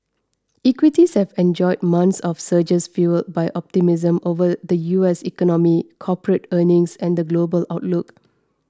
equities have enjoyed months of surges fuelled by optimism over the U S economy corporate earnings and the global outlook